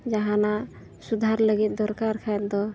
ᱡᱟᱦᱟᱱᱟᱜ ᱥᱩᱫᱷᱟᱹᱨ ᱞᱟᱹᱜᱤᱫ ᱫᱚᱨᱠᱟᱨ ᱠᱷᱟᱱ ᱫᱚ